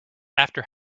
after